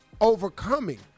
overcoming